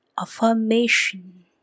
Affirmation